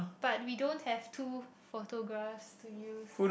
but we don't have two photographs to use